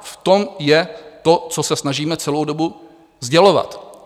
V tom je to, co se snažíme celou dobu sdělovat.